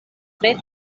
tre